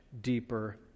deeper